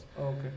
Okay